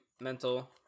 mental